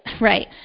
right